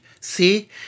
see